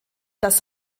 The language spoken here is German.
das